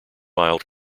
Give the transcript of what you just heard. mild